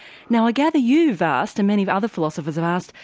now i gather you've asked, and many other philosophers have asked,